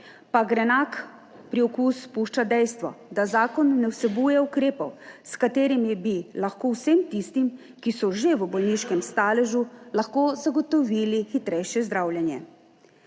pa grenak priokus pušča dejstvo, da zakon ne vsebuje ukrepov s katerimi bi lahko vsem tistim, ki so že v bolniškem staležu, lahko zagotovili hitrejše zdravljenje.